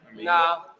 No